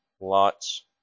Lot's